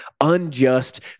unjust